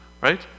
right